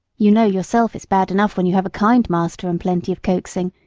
you know yourself it's bad enough when you have a kind master and plenty of coaxing,